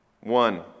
one